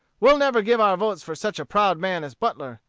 we'll never give our votes for such a proud man as butler.